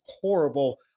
horrible